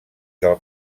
del